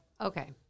Okay